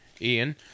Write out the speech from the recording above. Ian